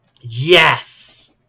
Yes